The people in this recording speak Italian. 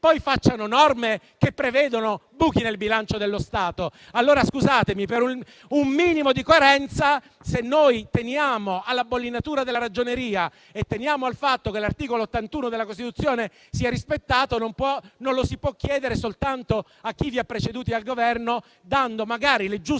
facciano poi norme che prevedono buchi nel bilancio dello Stato. Allora, scusatemi, per un minimo di coerenza, se teniamo alla bollinatura della Ragioneria e al fatto che l'articolo 81 della Costituzione sia rispettato, non lo si può chiedere soltanto a chi vi ha preceduti al Governo, dando magari le giuste responsabilità,